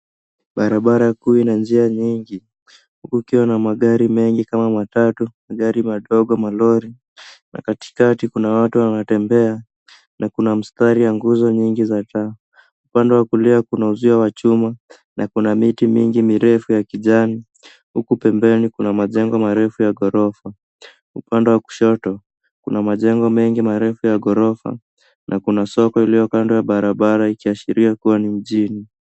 Barabara kuu ina njia nyingi, huku kukiwa na magari mengi kama matatu na magari madogo, malori. Na katikati kuna watu wanatembea na kuna mstari ya nguzo nyingi za taa. Upande wa kulia kuna uzio wa chuma na kuna miti mingi mirefu ya kijani. Huku pembeni kuna majengo marefu ya ghorofa. Upande wa kushoto kuna majengo mengi marefu ya ghorofa na kuna soko iliyo kando ya barabara ikiashiria kuwa ni mjini.